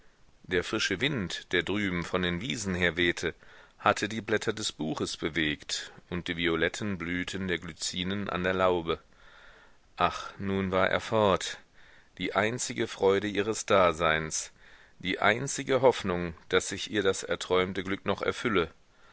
der frische wind der drüben von den wiesen her wehte hatte die blätter des buches bewegt und die violetten blüten der glycinen an der laube ach nun war er fort die einzige freude ihres daseins die einzige hoffnung daß sich ihr das erträumte glück noch erfülle